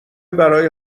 برای